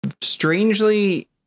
Strangely